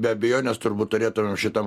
be abejonės turbūt turėtumėm šitam